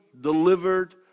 delivered